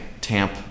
tamp